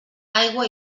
aigua